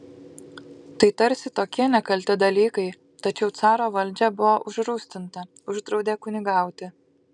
tai tarsi tokie nekalti dalykai tačiau caro valdžia buvo užrūstinta uždraudė kunigauti